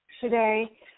today